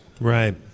Right